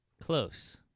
Close